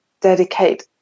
dedicate